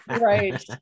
Right